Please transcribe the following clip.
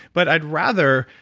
but i'd rather,